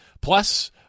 Plus